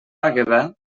àgueda